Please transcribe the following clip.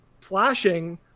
flashing